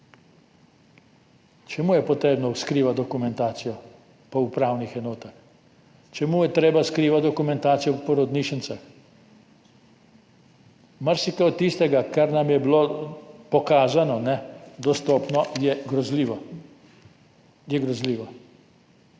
Čemu je treba skrivati dokumentacijo po upravnih enotah? Čemu je treba skrivati dokumentacijo v porodnišnicah? Marsikaj od tistega, kar nam je bilo pokazano, dostopno, je grozljivo.